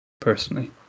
personally